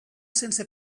sense